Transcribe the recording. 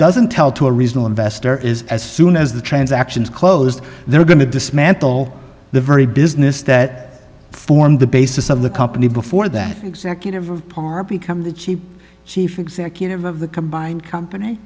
doesn't tell to a reasonable investor is as soon as the transaction is closed they're going to dismantle the very business that formed the basis of the company before that executive or palmer become the chief chief executive of the combined company